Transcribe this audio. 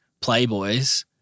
playboys